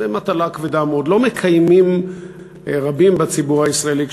זאת מטלה כבדה מאוד שרבים בציבור הישראלי לא מקיימים אותה,